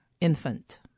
infant